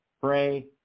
pray